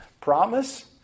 Promise